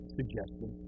suggestion